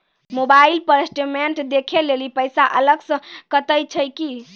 Mobile पर statement देखे लेली पैसा अलग से कतो छै की?